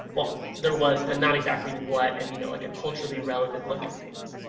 well there was, but not exactly what and you know like a culturally relevant look at things.